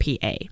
pa